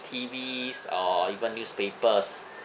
T_Vs or even newspapers